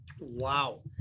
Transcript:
Wow